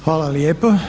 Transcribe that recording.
Hvala lijepo.